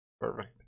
Perfect